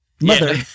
mother